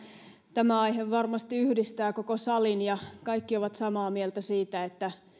tämä aihe varmasti yhdistää koko salin ja kaikki ovat samaa mieltä siitä että